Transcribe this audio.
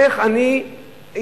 איך אני אתנהג?